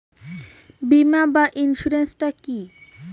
বিমা বা ইন্সুরেন্স টা কি?